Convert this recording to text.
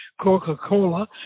Coca-Cola